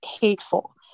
hateful